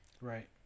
Right